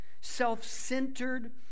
self-centered